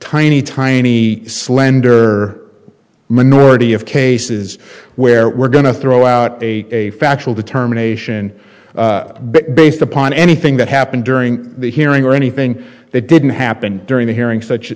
tiny tiny slender minority of cases where we're going to throw out a factual determination based upon anything that happened during the hearing or anything that didn't happen during a hearing such